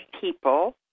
People